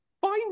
find